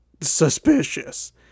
suspicious